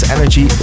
Energy